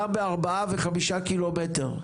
גם ב-4-5 קילומטר.